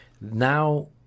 now